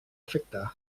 efecte